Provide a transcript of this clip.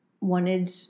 wanted